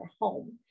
home